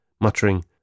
muttering